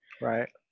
right